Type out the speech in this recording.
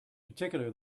particular